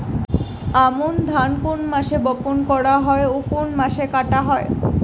আমন ধান কোন মাসে বপন করা হয় ও কোন মাসে কাটা হয়?